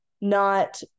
not-